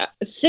six